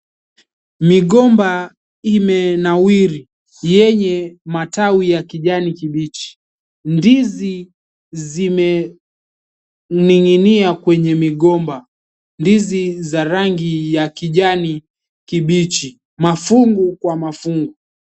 Migomba imenawiri yenye matawi ya kijani kibichi. Ndizi zimening'inia kwenye migomba. Ndizi za rangi ya kijani kibichi mafungu kwa mafungu.